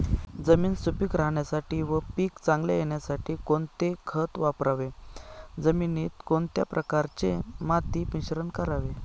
जमीन सुपिक राहण्यासाठी व पीक चांगले येण्यासाठी कोणते खत वापरावे? जमिनीत कोणत्या प्रकारचे माती मिश्रण करावे?